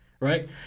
right